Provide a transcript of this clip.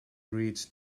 reads